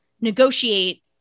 negotiate